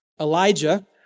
Elijah